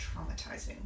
traumatizing